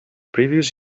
previous